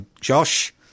Josh